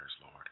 Lord